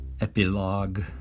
Epilogue